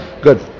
good